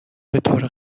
بطور